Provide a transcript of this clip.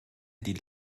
die